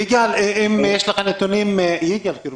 יגאל סלוביק,